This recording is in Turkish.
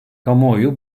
kamuoyu